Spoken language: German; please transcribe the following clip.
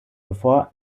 bevor